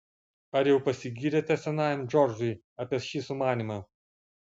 ar jau pasigyrėte senajam džordžui apie šį sumanymą